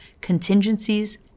contingencies